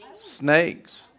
Snakes